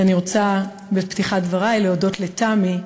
אני רוצה בפתח דברי להודות לתמי,